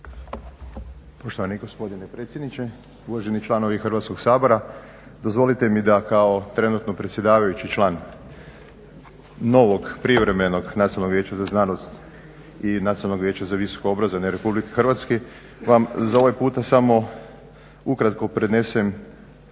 Poštovani gospodine predsjedniče, uvaženi članovi Hrvatskog sabora. Dozvolite mi da kao trenutno predsjedavajući član novog privremenom Nacionalnog vijeća za znanost i Nacionalnog vijeća za visoko obrazovanje Republike Hrvatske vam za ovaj puta samo ukratko prenesem